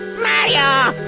mario!